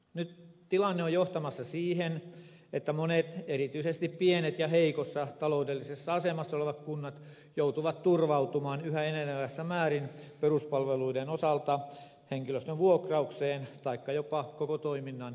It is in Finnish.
nyt tilanne on johtamassa siihen että monet erityisesti pienet ja heikossa taloudellisessa asemassa olevat kunnat joutuvat turvautumaan yhä enenevässä määrin peruspalveluiden osalta henkilöstön vuokraukseen taikka jopa koko toiminnan ulkoistamiseen